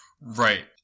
Right